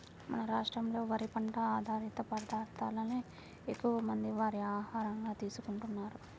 మన రాష్ట్రంలో వరి పంట ఆధారిత పదార్ధాలనే ఎక్కువమంది వారి ఆహారంగా తీసుకుంటున్నారు